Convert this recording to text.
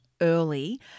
early